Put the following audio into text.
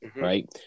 Right